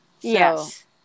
yes